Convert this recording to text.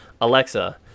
Alexa